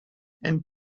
and